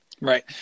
Right